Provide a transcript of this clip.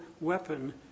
weapon